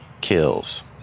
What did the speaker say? kills